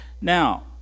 Now